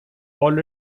all